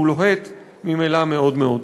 שהוא ממילא לוהט מאוד מאוד.